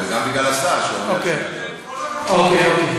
גם בגלל השר, עם כל הכבוד.